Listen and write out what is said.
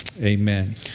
amen